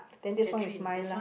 then this one is mine lah